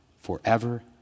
forever